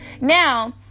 now